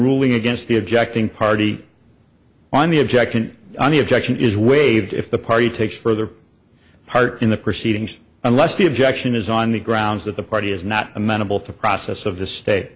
ruling against the objecting party on the object and on the objection is waived if the party takes further part in the proceedings unless the objection is on the grounds that the party is not amenable to process of the sta